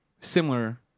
Similar